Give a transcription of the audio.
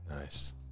Nice